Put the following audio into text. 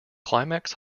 climax